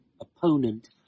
opponent